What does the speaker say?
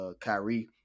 Kyrie